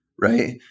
right